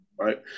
right